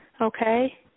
Okay